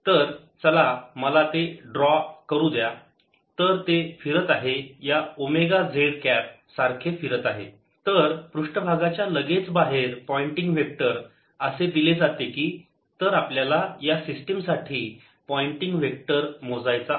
तर चला मला ते ड्रॉ करु द्या तर ते असे फिरत आहे या ओमेगा z कॅप सारखे फिरत आहे तर पृष्ठभागाच्या लगेच बाहेर पॉइंटिंग वेक्टर असे दिले जाते की तर आपल्याला या सिस्टीम साठी पॉइंटिंग वेक्टर मोजायचा आहे